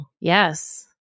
Yes